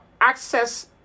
access